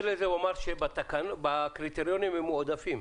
לזה הוא אמר שבקריטריונים הם מועדפים.